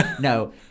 No